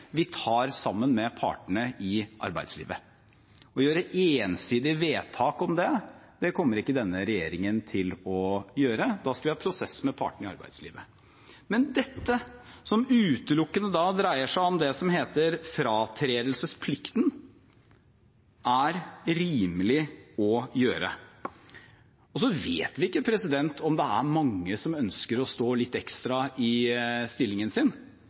vi tar sammen med partene i arbeidslivet. Denne regjeringen kommer ikke til å gjøre et ensidig vedtak om det. Vi skal ha en prosess med partene i arbeidslivet. Men dette som utelukkende dreier seg om det som heter fratredelsesplikten, er det rimelig å gjøre. Vi vet ikke om det er mange som ønsker å stå litt ekstra i stillingen sin,